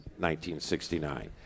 1969